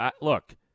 look